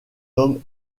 homme